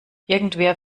irgendwer